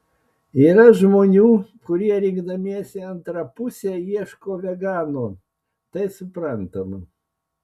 yra žmonių kurie rinkdamiesi antrą pusę ieško vegano tai suprantama